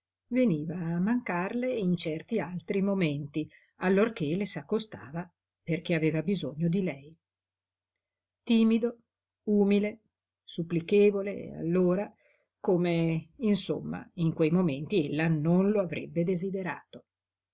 veniva a mancarle in certi altri momenti allorché le s'accostava perché aveva bisogno di lei timido umile supplichevole allora come insomma in quei momenti ella non lo avrebbe desiderato